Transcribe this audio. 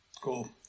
Cool